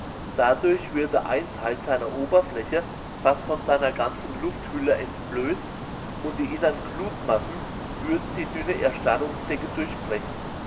dadurch würde ein teil seiner oberfläche fast von seiner ganzen lufthülle entblößt und die innern glutmassen würden die dünne erstarrungsdecke durchbrechen